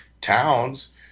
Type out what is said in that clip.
towns